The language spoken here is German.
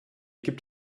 gibt